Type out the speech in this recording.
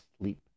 sleep